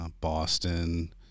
Boston